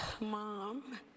Mom